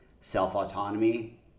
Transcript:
self-autonomy